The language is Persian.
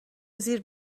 زیر